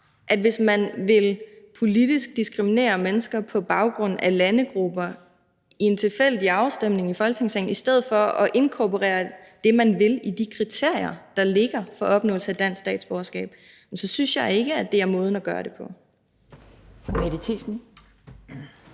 Hvis man politisk vil diskriminere mennesker på baggrund af landegrupper i en tilfældig afstemning i Folketingssalen i stedet for at inkorporere det, man vil, i de kriterier, der ligger for opnåelse af dansk statsborgerskab, synes jeg ikke, det er måden at gøre det på.